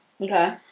Okay